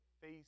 face